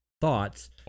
thoughts